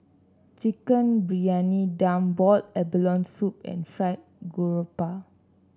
Chicken Briyani Dum Boiled Abalone Soup and Fried Garoupa